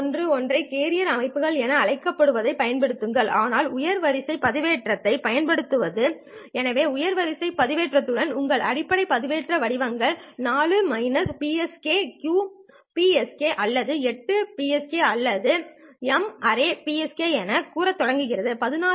ஒன்று ஒற்றை கேரியர் அமைப்புகள் என அழைக்கப்படுவதைப் பயன்படுத்துங்கள் ஆனால் உயர் வரிசை பண்பேற்றத்தைப் பயன்படுத்துங்கள் எனவே உயர் வரிசை பண்பேற்றத்துடன் உங்கள் அடிப்படை பண்பேற்றம் வடிவங்கள் 4 PSK QPSK அல்லது 8 PSK அல்லது m ary PSK எனக் கூறி தொடங்குகின்றன